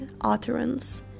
utterance